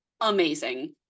Amazing